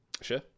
Sure